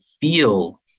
feel